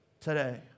today